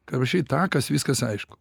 kai rašai tą kas viskas aišku